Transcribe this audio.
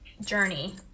journey